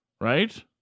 Right